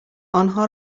آنها